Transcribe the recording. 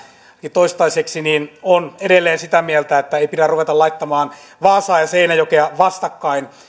toistaiseksi on edelleen sitä mieltä että ei pidä ruveta laittamaan vaasaa ja seinäjokea vastakkain